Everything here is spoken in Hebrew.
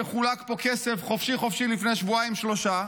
וחולק פה כסף חופשי-חופשי לפני שבועיים-שלושה,